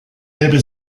elbe